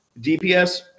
DPS